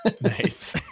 Nice